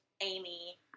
Amy